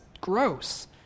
gross